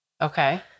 Okay